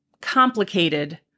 complicated